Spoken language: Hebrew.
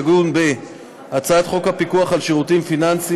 תדון בהצעת חוק הפיקוח על שירותים פיננסיים